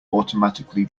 automatically